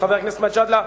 חבר הכנסת מג'אדלה,